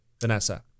Vanessa